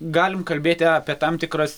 galim kalbėti apie tam tikras